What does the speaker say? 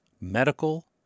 medical